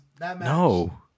no